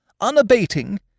unabating